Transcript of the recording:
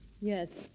Yes